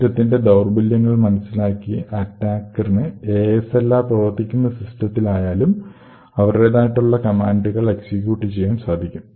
സിസ്റ്റത്തിന്റെ ദൌർബല്യങ്ങൾ മനസ്സിലാക്കുന്ന അറ്റാക്കറിന് ASLR പ്രവർത്തിക്കുന്ന സിസ്റ്റത്തിൽ ആയാലും അവരുടേതായിട്ടുള്ള കാമാൻഡുകൾ എക്സിക്യൂട്ട് ചെയ്യാൻ സാധിക്കും